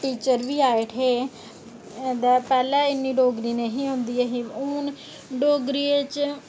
teacher बी आई उठे दे पैह्लें इन्नी डोगरी निं ही औंदी ऐही हून डोगरी च